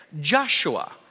Joshua